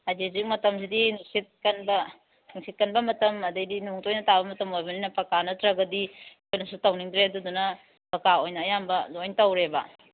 ꯍꯥꯏꯕꯗꯤ ꯍꯧꯖꯤꯛ ꯃꯇꯝꯁꯤꯗꯤ ꯅꯨꯡꯁꯤꯠ ꯑꯀꯟꯕ ꯅꯨꯡꯁꯤꯠ ꯀꯟꯕ ꯃꯇꯝ ꯑꯗꯒꯤꯗꯤ ꯅꯣꯡ ꯇꯣꯏꯅ ꯇꯥꯕ ꯃꯇꯝ ꯑꯣꯏꯕꯅꯤꯅ ꯄꯛꯀꯥ ꯅꯠꯇ꯭ꯔꯒꯗꯤ ꯑꯩꯈꯣꯏꯅꯁꯨ ꯇꯧꯅꯤꯡꯗ꯭ꯔꯦ ꯑꯗꯨꯗꯨꯅ ꯄꯛꯀꯥ ꯑꯣꯏꯅ ꯑꯌꯥꯝꯕ ꯂꯣꯏ ꯇꯧꯔꯦꯕ